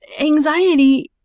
anxiety